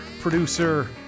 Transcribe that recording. producer